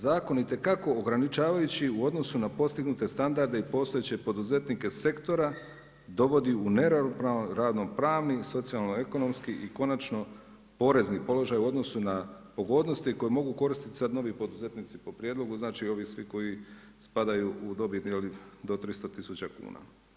Zakon je itekako ograničavajući u odnosu na postignute standarde i postojeće poduzetnike sektora dovodi u neravnopravan radno-pravni, socijalno-ekonomski i konačno porezni položaj u odnosu na pogodnosti koje mogu koristiti sad novi poduzetnici po prijedlogu, znači ovi svi koji spadaju u dobit do 300 tisuća kuna.